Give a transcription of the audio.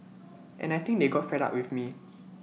and I think they got fed up with me